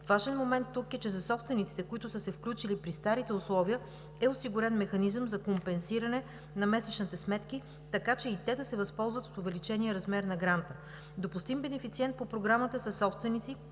Важен момент тук е, че за собствениците, които са се включили при старите условия, е осигурен механизъм за компенсиране на месечните сметки, така че и те да се възползват от увеличения размер на гранта. Допустим бенефициент по Програмата са собственици